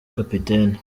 kapiteni